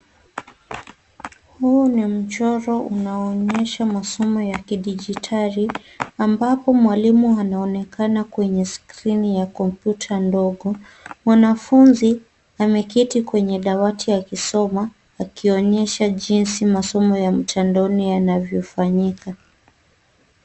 Huu ni mchoro unaoonyesha masomo ya kidigitali, ambapo mwalimu anaonekana kwenye skrini ya kompyuta ndogo. Mwanafunzi, ameketi kwenye dawati akisoma, akionyesha jinsi masomo ya mtandaoni yanavyofanyika.